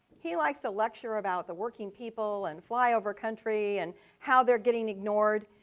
he likes to lecture about the working people and flyover country and how they're getting ignored.